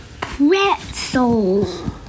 pretzels